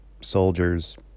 soldiers